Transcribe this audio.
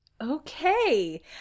Okay